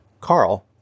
Carl